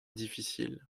difficile